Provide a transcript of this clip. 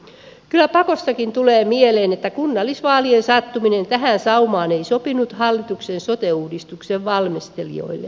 kyllä pakostakin tulee mieleen että kunnallisvaalien sattuminen tähän saumaan ei sopinut hallituksen sote uudistuksen valmistelijoille